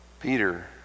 Peter